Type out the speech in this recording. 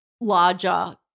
larger